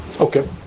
Okay